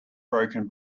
broken